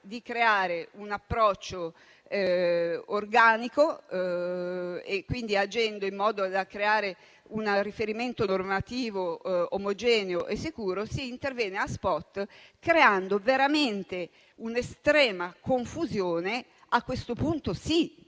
di creare un approccio organico. Quindi, invece di agire in modo da creare un riferimento normativo omogeneo e sicuro, si interviene a *spot*, creando davvero un'estrema confusione - a questo punto, sì